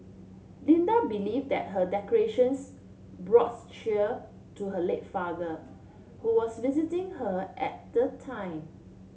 Linda believe that her decorations brought cheer to her late father who was visiting her at the time